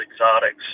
Exotics